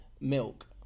milk